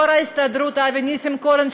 יו"ר ההסתדרות אבי ניסנקורן,